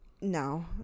No